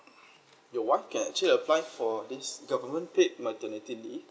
your wife can actually apply for this government paid maternity leave